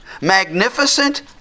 magnificent